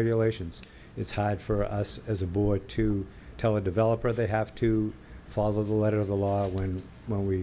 regulations it's hard for us as a board to tell a developer they have to follow the letter of the law when when we